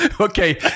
okay